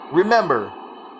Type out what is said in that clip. remember